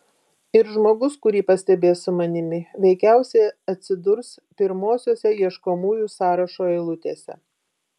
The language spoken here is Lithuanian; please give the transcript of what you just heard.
ir žmogus kurį pastebės su manimi veikiausiai atsidurs pirmosiose ieškomųjų sąrašo eilutėse